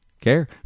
care